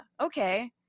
okay